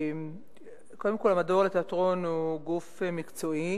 קודם כול, המדור לתיאטרון הוא גוף מקצועי